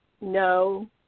no